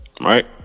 right